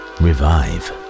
revive